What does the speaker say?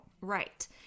Right